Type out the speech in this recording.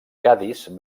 cadis